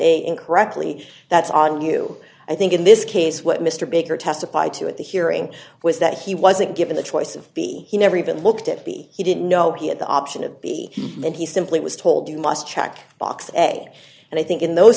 a incorrectly that's on you i think in this case what mr baker testified to at the hearing was that he wasn't given the choice of he never even looked at the he didn't know he had the option of b then he simply was told you must check box a and i think in those